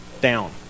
down